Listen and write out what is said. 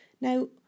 Now